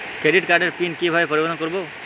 Credit কার্ডের pin কিভাবে পরিবর্তন করবো?